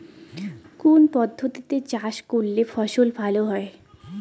কোন পদ্ধতিতে চাষ করলে ফসল ভালো হয়?